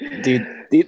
Dude